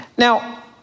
Now